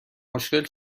مشکل